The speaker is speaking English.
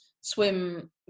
swim